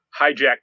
hijack